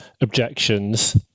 objections